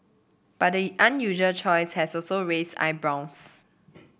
but the unusual choice has also raised eyebrows